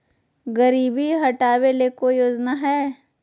गरीबी हटबे ले कोई योजनामा हय?